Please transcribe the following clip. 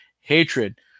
hatred